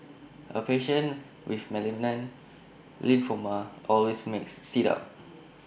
A patient with malignant lymphoma always makes me sit up